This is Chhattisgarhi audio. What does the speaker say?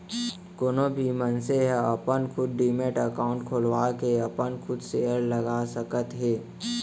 कोनो भी मनसे ह अपन खुद डीमैट अकाउंड खोलवाके अपन खुद सेयर लगा सकत हे